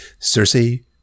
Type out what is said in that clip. Cersei